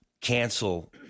cancel